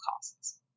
costs